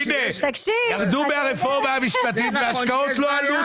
ירדו מהרפורמה המשפטית וההשקעות לא עלו.